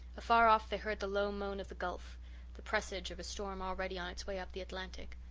afar off they heard the low moan of the gulf the presage of a storm already on its way up the atlantic.